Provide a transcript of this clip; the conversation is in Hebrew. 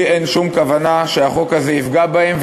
לי אין שום כוונה שהחוק הזה יפגע בהם,